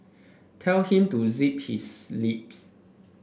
tell him to zip his lips